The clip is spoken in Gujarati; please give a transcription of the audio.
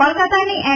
કોલકતાની એન